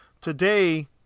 Today